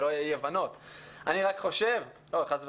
שלא יהיו אי הבנות חס וחלילה.